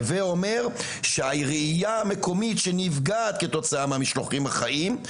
הווה אומר שהראיה המקומית שנפגעת כתוצאה מהמשלוחים החיים,